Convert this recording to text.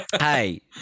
Hey